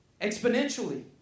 exponentially